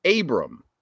Abram